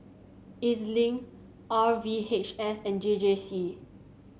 E Z Link R V H S and J J C